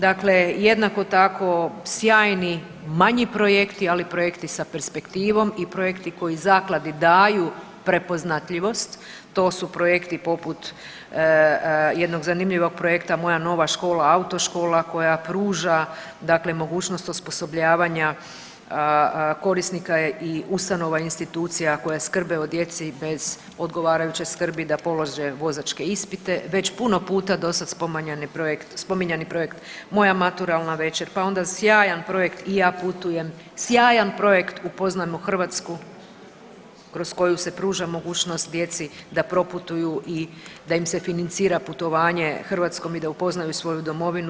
Dakle, jednako tako sjajni manji projekti ali projekti sa perspektivom i projekti koji zakladi daju prepoznatljivost to su projekti poput jednog zanimljivog projekta Moja nova škola autoškola koja pruža dakle mogućnost osposobljavanja korisnika i ustanova i institucija koje skrbe o djeci bez odgovarajuće skrbi da polože vozačke ispite, već puno puta dosada spominjani projekt Moja maturalna večer, pa onda sjajan projekt I ja putujem, sjajan projekt Upoznajmo Hrvatsku kroz koju se pruža mogućnost djeci da proputuju i da ime financira putovanje Hrvatskom i da upoznaju svoju domovinu.